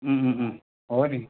हो नि